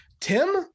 Tim